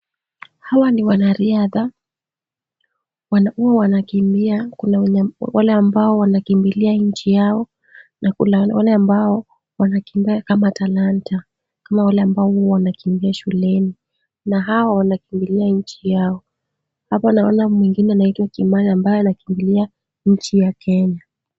Hawa ni wanariadha. Huwa wanakimbia. Kuna wale ambao wanakimbililia nchi yao na wale ambao wanakimbia kama talanta kama wale ambao wanakimbia shuleni na hawa wanakimbililia nchi yao. Hapa naona mwingine anaitwa Kimani ambaye anakimbililia nchi ya Kenya.